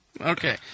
Okay